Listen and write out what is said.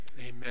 Amen